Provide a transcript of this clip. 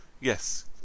Yes